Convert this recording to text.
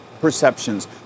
perceptions